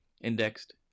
indexed